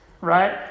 right